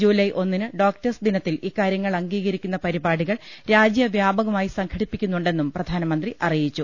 July ഒന്നിന് doctors ദിനത്തിൽ ഇക്കാര്യ ങ്ങൾ അംഗീകരിക്കുന്ന പരിപാടികൾ രാജ്യവ്യാപകമായി സംഘടിപ്പിക്കു ന്നുണ്ടെന്നും പ്രധാനമന്ത്രി അറിയിച്ചു